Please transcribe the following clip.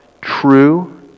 true